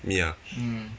me ah